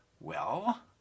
Well